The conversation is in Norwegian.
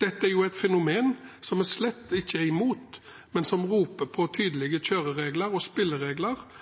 Dette er et fenomen som vi slett ikke er imot, men som roper på tydelige kjøreregler og spilleregler